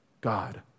God